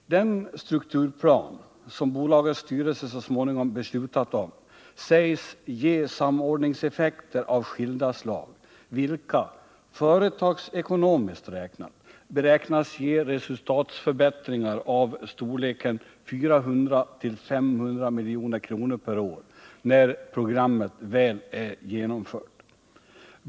Den strukturplan som bolagets styrelse så småningom beslutat om sägs ge samordningseffekter av skilda slag vilka, företagsekonomiskt räknat, beräknas ge resultatförbättringar av storleken 400-500 milj.kr. per år när programmet väl är genomfört.